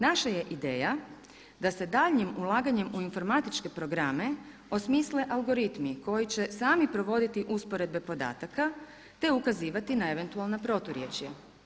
Naša je ideja da se daljnjim ulaganjem u informatičke programe osmisle algoritmi koji će sami provoditi usporedbe podataka, te ukazivati na eventualna proturječja.